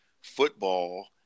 football